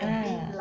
ah